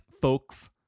folks